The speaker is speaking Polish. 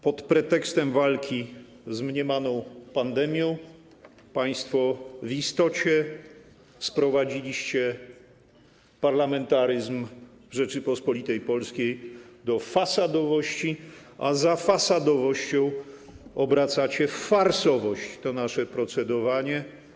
Pod pretekstem walki z mniemaną pandemią państwo w istocie sprowadziliście parlamentaryzm Rzeczypospolitej Polskiej do fasadowości, a za fasadowością obracacie w farsowość to nasze procedowanie.